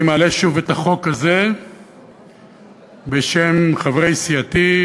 אני מעלה שוב את החוק הזה בשם חברי סיעתי,